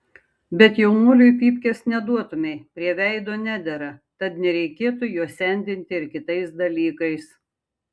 bet jaunuoliui pypkės neduotumei prie veido nedera tad nereikėtų jo sendinti ir kitais dalykais